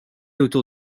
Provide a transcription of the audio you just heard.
autour